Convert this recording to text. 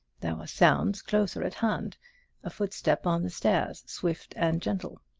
there were sounds closer at hand a footstep on the stairs, swift and gentle.